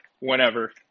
whenever